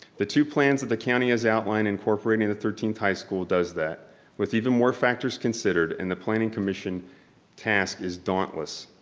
the two plans that the county has outlined incorporated the thirteenth high school does that with even more factors considered and the planning commission task is dauntless